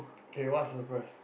K what surprise